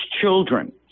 children